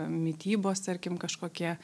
mitybos tarkim kažkokie